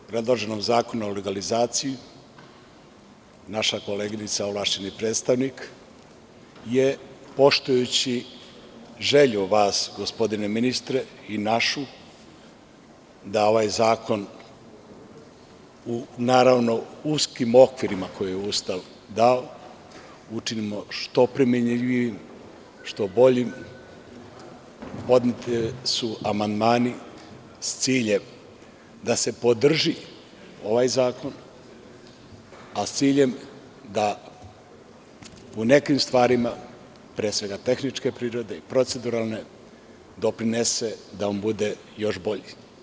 Uz podršku predloženog zakona o legalizaciji, naša koleginica ovlašćeni predstavnik je, poštujući vašu želju, gospodine ministre, a i našu, da ovaj zakon, naravno, u uskim okvirima koje je Ustav dao, učinimo što primenjivijim i što boljim, rekla da su podneti amandmani sa ciljem da se podrži ovaj zakon i sa ciljem da u nekim stvarima, pre svega tehničke i proceduralne prirode, doprinesu da on bude još bolji.